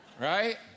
right